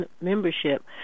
membership